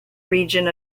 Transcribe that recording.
region